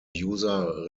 user